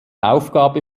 aufgabe